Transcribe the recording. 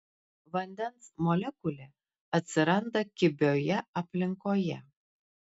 vandens molekulė atsiranda kibioje aplinkoje